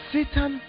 Satan